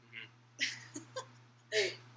Hey